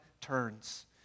turns